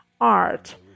art